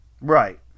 right